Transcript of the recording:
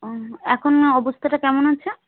ও এখনের অবস্থাটা কেমন আছে